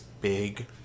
big